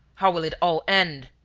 how will it all end?